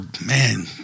man